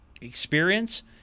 experience